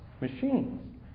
machines